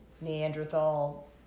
Neanderthal